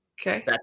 Okay